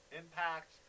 impact